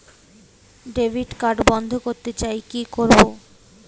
Debit card বন্ধ করতে চাই কি করব?